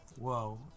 Whoa